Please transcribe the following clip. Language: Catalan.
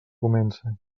comence